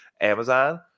amazon